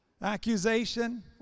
accusation